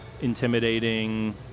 intimidating